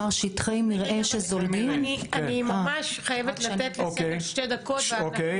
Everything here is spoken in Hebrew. אני גם יכולה להגיד שסגל הוא כתובת לכל --- כתובת לכל הבעיות.